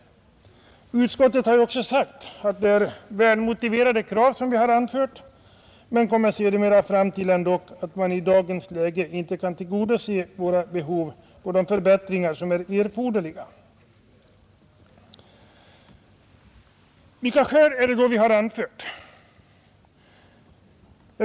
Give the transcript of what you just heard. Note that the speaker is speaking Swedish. Utskottet säger också att det är välmotiverade krav som vi har framfört men kommer sedermera ändock fram till att man i dagens läge inte kan tillgodose våra krav på erforderliga förbättringar. Vilka skäl är det då vi har anfört?